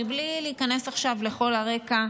בלי להיכנס עכשיו לכל הרקע,